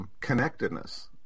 connectedness